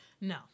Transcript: No